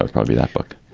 ah probably that book